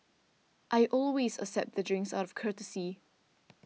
I always accept the drinks out of courtesy